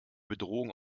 bedrohung